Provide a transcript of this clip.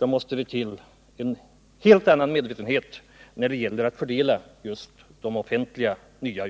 måste det till en helt annan medvetenhet när det gäller att fördela de nya offentliga jobben.